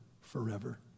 forever